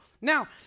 Now